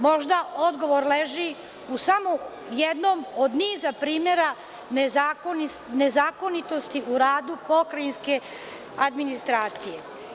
Možda odgovor leži u samo jednom od niza primera nezakonitosti u radu pokrajinske administracije.